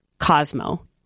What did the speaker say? Cosmo